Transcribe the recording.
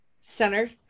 Center